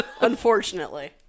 Unfortunately